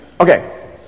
Okay